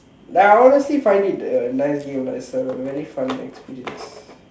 like I honestly find it a nice game like it's a very fun experience